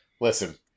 listen